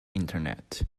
internet